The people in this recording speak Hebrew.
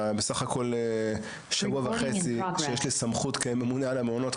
בסך הכול בשבוע וחצי שיש לי סמכות כממונה על הממונות,